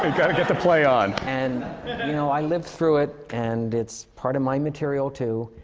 gotta get the play on. and you know, i lived through it. and it's part of my material, too.